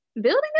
building